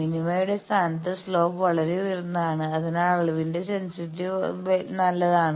മിനിമയുടെ സ്ഥാനത്ത് സ്ലോപ്പ് വളരെ ഉയർന്നതാണ് അതിനാൽ അളവിന്റെ സെൻസിറ്റിവിറ്റി നല്ലതാണ്